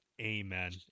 Amen